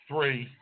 Three